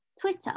Twitter